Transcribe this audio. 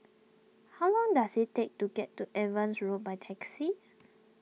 how long does it take to get to Evans Road by taxi